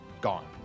Gone